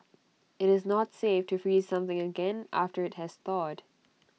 IT is not safe to freeze something again after IT has thawed